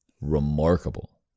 Remarkable